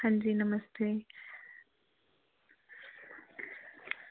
अंजी नमस्ते